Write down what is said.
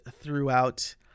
throughout